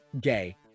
gay